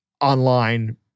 online